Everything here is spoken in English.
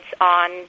on